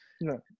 No